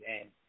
end